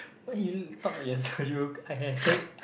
why you talk like so good I have had